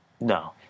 No